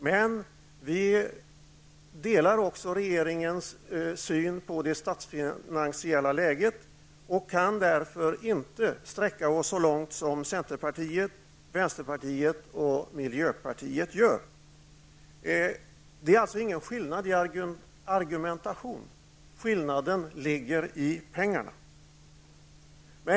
Men vi delar också regeringens syn på det statsfinansiella läget och kan därför inte sträcka oss så långt som centerpartiet, vänsterpartiet och miljöpartiet gör. Det är alltså ingen skillnad i argumentation. Skillnaden ligger i pengarna.